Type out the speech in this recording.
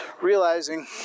realizing